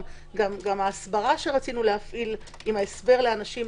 גם ההסברה שרצינו להפעיל עם ההסבר לאנשים,